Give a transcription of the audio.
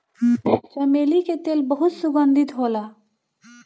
चमेली के तेल बहुत सुगंधित होला